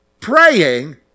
praying